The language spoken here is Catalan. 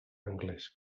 anglès